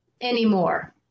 anymore